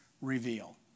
reveal